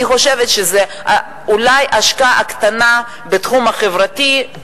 אני חושבת שזאת אולי השקעה קטנה בתחום החברתי,